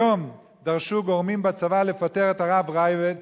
היום דרשו גורמים בצבא לפטר את הרב ראב"ד,